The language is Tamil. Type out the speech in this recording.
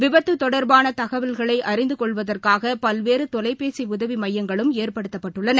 விபத்து தொடர்பான தகவல்களை அறிந்து கொள்வதற்காக பல்வேறு தொலைபேசி உதவி மையங்களும் ஏற்படுத்தப்பட்டுள்ளன